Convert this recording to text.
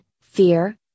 fear